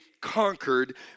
conquered